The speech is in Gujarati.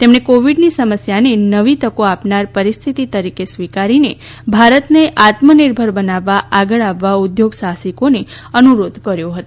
તેમણે કોવીડની સમસ્યાને નવી તકો આપનાર પરિસ્થિતિ તરીકે સ્વીકારીને ભારતને આત્મનિર્ભર બનાવવા આગળ આવવા ઉદ્યોગ સાહસિકોને અનુરોધ કર્યો હતો